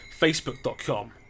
facebook.com